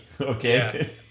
okay